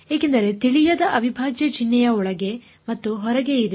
ಏಕೆಂದರೆ ತಿಳಿಯದ ಅವಿಭಾಜ್ಯ ಚಿಹ್ನೆಯ ಒಳಗೆ ಮತ್ತು ಹೊರಗೆ ಇದೆ